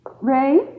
Ray